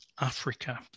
Africa